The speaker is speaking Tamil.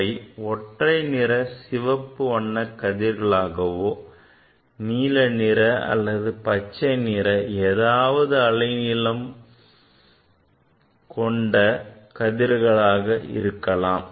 அவை ஒற்றை நிற சிவப்பு வண்ண கதிர்களாகவோ நீலநிற அல்லது பச்சை நிற அதாவது அலைநீளம் எவ்வளவு வேண்டுமானாலும் கொண்ட கதிர்களாக இருக்கலாம்